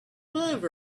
love